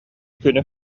күнү